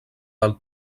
del